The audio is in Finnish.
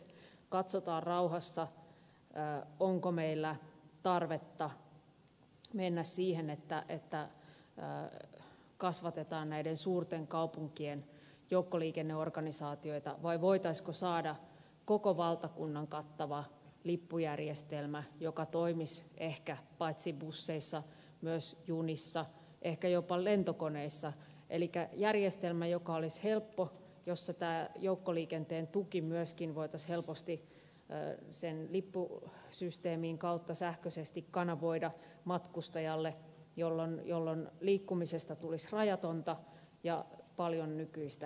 katsotaan rauhassa onko meillä tarvetta mennä siihen että kasvatetaan näiden suurten kaupunkien joukkoliikenneorganisaatioita vai voitaisiinko saada koko valtakunnan kattava lippujärjestelmä joka toimisi ehkä paitsi busseissa myös junissa ehkä jopa lentokoneissa elikkä järjestelmä joka olisi helppo jossa tämä joukkoliikenteen tuki myöskin voitaisiin helposti sen lippusysteemin kautta sähköisesti kanavoida matkustajalle jolloin liikkumisesta tulisi rajatonta ja paljon nykyistä helpompaa